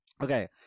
Okay